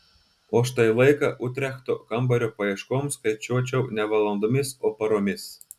o štai laiką utrechto kambario paieškoms skaičiuočiau ne valandomis o paromis